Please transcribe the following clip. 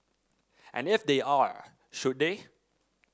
and if they are should they